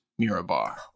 Mirabar